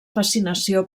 fascinació